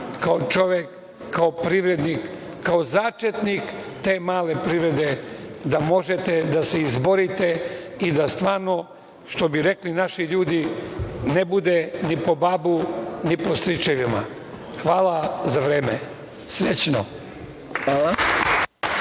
kao čovek, kao privrednik, kao začetnik te male privrede, da možete da se izborite i da stvarno, što bi rekli naši ljudi ne bude ni po babu ni po stričevima. Hvala za vreme. Srećno. **Maja